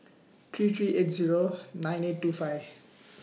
three three eight Zero nine eight two five